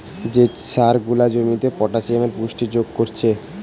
যে সার গুলা জমিতে পটাসিয়ামের পুষ্টি যোগ কোরছে